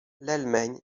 l’allemagne